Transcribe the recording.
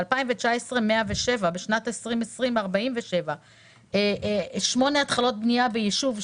בשנת 2019 ניתנו 107. בשנת 2020 ניתנו 47. שמונה התחלות בנייה ביישוב.